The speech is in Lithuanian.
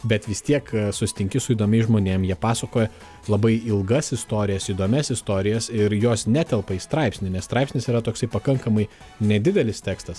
bet vis tiek susitinki su įdomiais žmonėm jie pasakoja labai ilgas istorijas įdomias istorijas ir jos netelpa į straipsnį nes straipsnis yra toksai pakankamai nedidelis tekstas